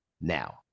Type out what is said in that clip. now